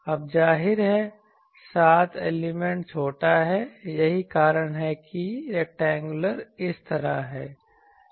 अब जाहिर है सात एलिमेंट छोटा है यही कारण है कि रैक्टेंगुलर इस तरह है